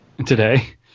today